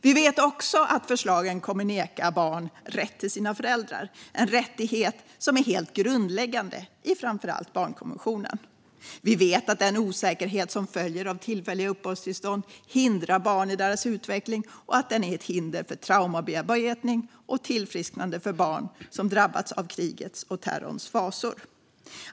Vi vet också att det som föreslås kommer att neka barn deras rätt till sina föräldrar, en rättighet som är helt grundläggande i framför allt barnkonventionen. Vi vet även att den osäkerhet som följer av tillfälliga uppehållstillstånd hindrar barn i deras utveckling och att den är ett hinder för traumabearbetning och tillfrisknande hos barn som drabbats av krigets och terrorns fasor.